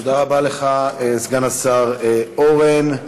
תודה רבה לך, סגן השר אורן.